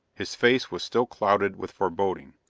his face was still clouded with foreboding.